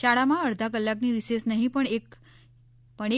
શાળામાં અડધા કલાકની રિસેસ નહીં પણ